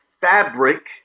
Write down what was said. fabric